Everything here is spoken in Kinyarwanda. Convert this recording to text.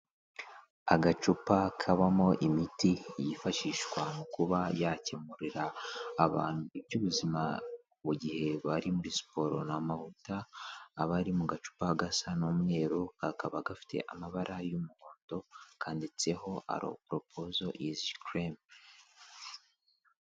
Agacupa kabamo imiti yifashishwa mu kuba yakemurira abantu iby'ubuzima, mu gihe bari muri siporo ni amavuta abari mu gacupa gasa n'umweru kakaba gafite amabara y'umuhondo kanditseho aro poroposo izikereme.